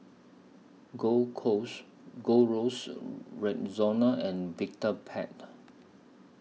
Gold Coast Gold Roast Rexona and Vitapet